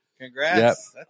Congrats